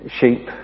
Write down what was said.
sheep